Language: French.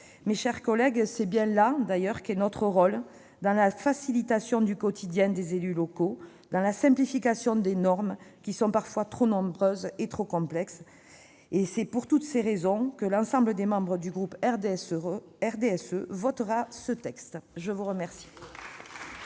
Mes chers collègues, c'est bien là qu'est notre rôle, dans la facilitation du quotidien des élus locaux, dans la simplification de normes qui sont parfois trop nombreuses et trop complexes. Pour toutes ces raisons, l'ensemble des membres du groupe RDSE votera ce texte. La parole